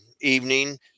evening